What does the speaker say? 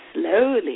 slowly